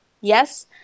yes